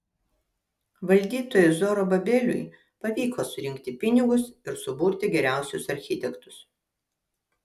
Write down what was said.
valdytojui zorobabeliui pavyko surinkti pinigus ir suburti geriausius architektus